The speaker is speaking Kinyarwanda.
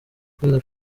kubera